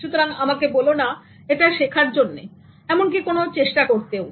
সুতরাং আমাকে বলো না এটা শেখার জন্য এমনকি কোন চেষ্টা করতেও